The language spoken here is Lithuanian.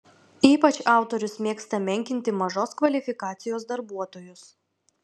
ypač autorius mėgsta menkinti mažos kvalifikacijos darbuotojus